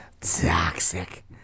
Toxic